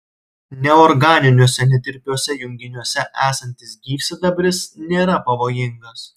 neorganiniuose netirpiuose junginiuose esantis gyvsidabris nėra pavojingas